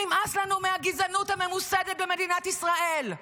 נמאס לנו מהגזענות הממוסדת במדינת ישראל.